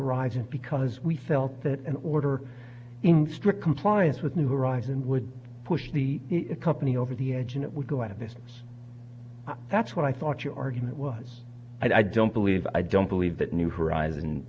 horizons because we felt that in order in strict compliance with new horizon would push the company over the edge and it would go out of business that's what i thought your argument was i don't believe i don't believe that new hor